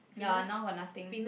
ya now got nothing